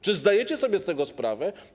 Czy zdajecie sobie z tego sprawę?